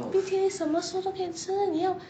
冰淇淋什么时候都可以吃你要